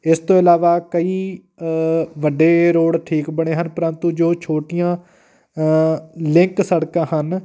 ਇਸ ਤੋਂ ਇਲਾਵਾ ਕਈ ਵੱਡੇ ਰੋਡ ਠੀਕ ਬਣੇ ਹਨ ਪ੍ਰੰਤੂ ਜੋ ਛੋਟੀਆਂ ਲਿੰਕ ਸੜਕਾਂ ਹਨ